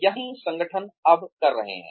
यही संगठन अब कर रहे हैं